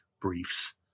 briefs